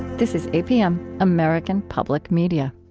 this is apm, american public media